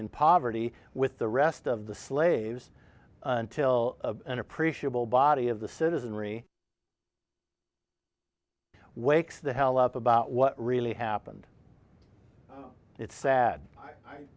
in poverty with the rest of the slaves until an appreciable body of the citizenry wakes the hell up about what really happened it's sad i